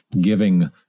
giving